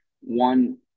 one